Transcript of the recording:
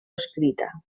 escrita